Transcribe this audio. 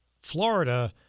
Florida